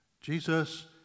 Jesus